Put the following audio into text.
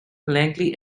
langley